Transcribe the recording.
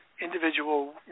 individual